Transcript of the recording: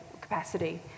capacity